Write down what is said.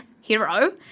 hero